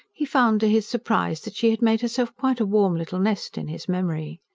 he found to his surprise that she had made herself quite a warm little nest in his memory.